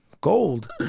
Gold